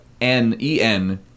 N-E-N